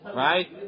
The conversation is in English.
right